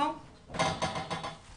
והייתי אומרת שבעצם בתחום של המענים